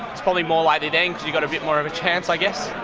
it's probably more likely then because you've got a bit more of a chance i guess.